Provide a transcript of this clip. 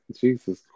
Jesus